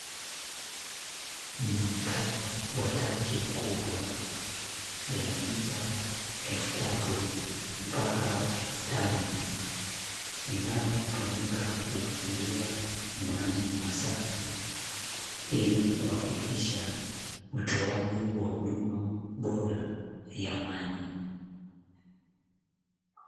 Muonekano wa tangi kubwa la lita elfu tatu mpaka elfu tano, linalotumika kuhifadhia maji masafi ili kuhakikisha utoaji wa huduma bora ya maji.